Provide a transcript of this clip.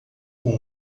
com